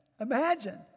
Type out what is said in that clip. imagine